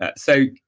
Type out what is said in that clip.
ah so,